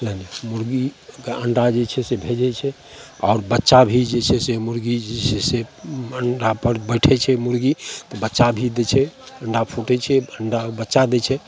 नहि नहि मुरगीके अण्डा जे छै से भेजै छै आओर बच्चा भी जे छै से मुरगी जे छै से ओ अण्डापर बैठै छै मुरगी बच्चा भी दै छै अण्डा फुटै छै अण्डाके बच्चा दै छै